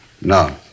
No